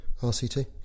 RCT